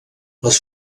les